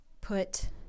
put